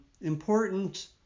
important